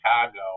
Chicago